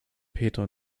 peter